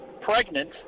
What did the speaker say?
pregnant